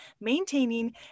maintaining